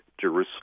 Jerusalem